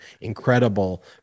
incredible